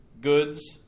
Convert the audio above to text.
goods